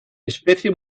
especie